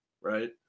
Right